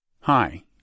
Hi